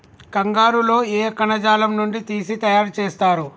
కంగారు లో ఏ కణజాలం నుండి తీసి తయారు చేస్తారు?